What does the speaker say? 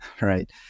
right